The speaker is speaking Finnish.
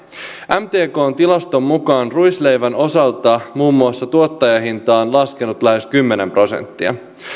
mtkn tilaston mukaan ruisleivän osalta muun muassa tuottajahinta on laskenut lähes kymmenen prosenttia